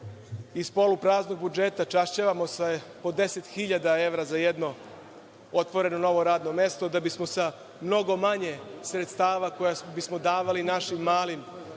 iz polupraznog budžeta čašćavamo sa po 10 hiljada evra za jedno otvoreno radno mesto, da bismo sa mnogo manje sredstava koja bismo davali našim malim